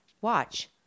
Watch